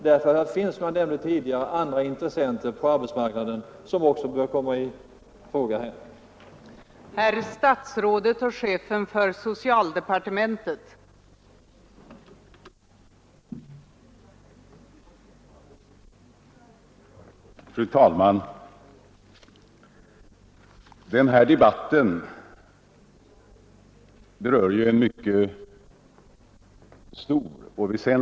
Det finns som jag sade tidigare, andra intressenter på arbetsmarknaden som man bör ta hänsyn till i detta sammanhang.